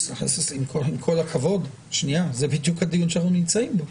עם כל הכבוד, זה בדיוק הדיון בו אנחנו נמצאים.